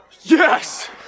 Yes